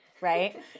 right